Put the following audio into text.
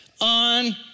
on